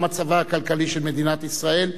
גם מצבה הכלכלי של מדינת ישראל,